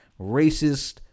racist